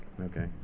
okay